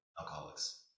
alcoholics